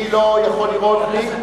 אני לא יכול לראות מי,